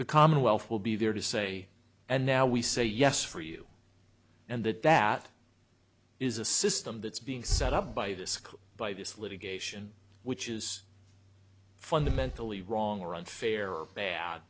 the commonwealth will be there to say and now we say yes for you and that that is a system that's being set up by this by this litigation which is fundamentally wrong or unfair